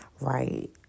right